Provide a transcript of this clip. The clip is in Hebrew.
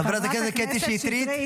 חברת הכנסת קטי שטרית.